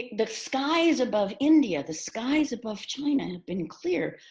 the skies above india, the skies above china had been clear.